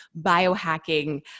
biohacking